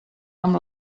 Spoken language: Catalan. amb